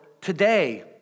today